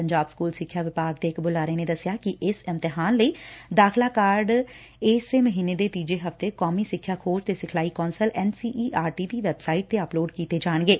Punjab school ਸਿੱਖਿਆ ਵਿਭਾਗ ਦੇ ਇਕ ਬੁਲਾਰੇ ਨੇ ਦਸਿਆ ਕਿ ਇਸ ਇਮਤਿਹਾਨ ਲਈ ਦਾਖਲਾ ਕਾਰਡ ਇਸ ਮਹੀਨੇ ਦੇ ਤੀਜੇ ਹਫ਼ਤੇ ਕੌਮੀ ਸਿੱਖਿਆ ਖੋਜ ਤੇ ਸਿਖਲਾਈ council N C E R T ਦੀ ਵੈਬਸਾਈਟ ਤੇ ਅਪਲੌਡ ਕੀਤੇ ਜਾਣਗੇ